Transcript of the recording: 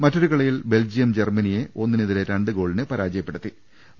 മറ്റൊരു കളിയിൽ ബെൽജിയം ജർമ്മനിയെ ഒന്നിനെതിരെ രണ്ട് ഗോളിന് തോൽപ്പി ച്ചു